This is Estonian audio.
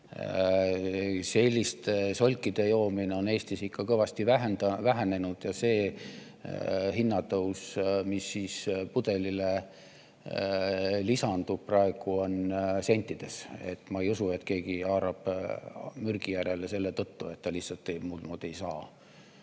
selliste solkide joomine on Eestis ikka kõvasti vähenenud ja see hinnatõus, mis pudeli [hinnale] lisandub, on praegu sentides. Ma ei usu, et keegi haarab mürgi järele selle tõttu, et ta lihtsalt muud moodi ei saa.